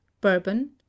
bourbon